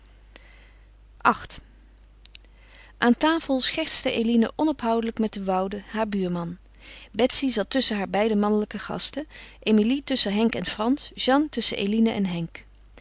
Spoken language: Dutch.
viii aan tafel schertste eline onophoudelijk met de woude haar buurman betsy zat tusschen haar beide mannelijke gasten emilie tusschen henk en frans jeanne tusschen eline en henk